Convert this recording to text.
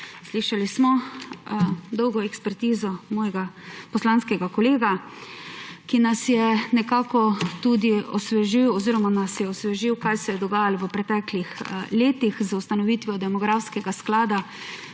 Slišali smo dolgo ekspertizo mojega poslanskega kolega, ki nam je nekako tudi osvežil, kaj se je dogajalo v preteklih letih z ustanovitvijo demografskega sklada,